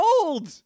old